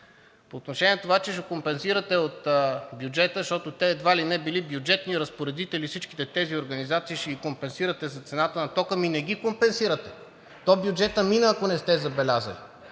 По отношение на това, че ще компенсирате от бюджета, защото едва ли не били бюджетни разпоредители и всичките тези организации ще ги компенсирате за цената на тока, ами не ги компенсирате. Ако не сте забелязали,